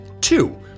Two